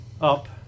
up